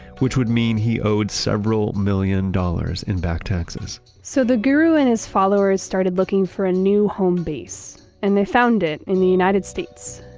which would mean he owed several million dollars in back taxes so the guru and his followers started looking for a new home base and they found it in the united states,